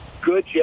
good